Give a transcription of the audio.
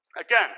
Again